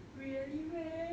really meh